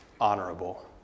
honorable